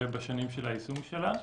ובשנים של היישום שלה.